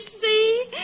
see